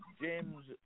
James